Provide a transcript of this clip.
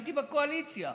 הייתי בקואליציה,